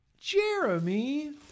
Jeremy